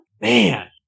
Man